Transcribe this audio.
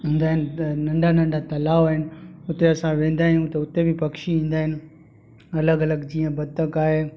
हूंदा आहिनि त नंढा नंढा तलाव आहिनि उते असां वेंदा आहियूं त हुते बि पखी ईंदा आहिनि अलॻि अलॻि जीअं बतक आहे